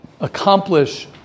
accomplish